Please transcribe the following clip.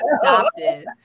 adopted